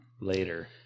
Later